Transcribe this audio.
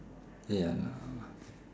ya lah